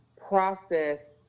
process